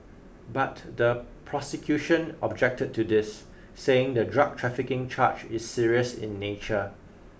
but the prosecution objected to this saying the drug trafficking charge is serious in nature